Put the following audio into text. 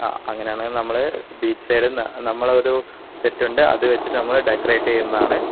ആ അങ്ങനെയാണെങ്കിൽ നമ്മള് ബീച്ച് സൈഡ് നമ്മളൊരു സെറ്റുണ്ട് അതുവെച്ചിട്ട് നമ്മൾ ഡെക്കറേറ്റ് ചെയ്യുന്നതാണ്